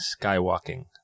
Skywalking